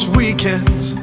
weekends